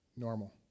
normal